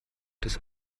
des